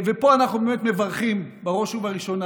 פה אנחנו באמת מברכים בראש ובראשונה,